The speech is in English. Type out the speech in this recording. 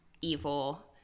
evil